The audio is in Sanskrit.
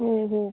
ओ हो